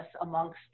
amongst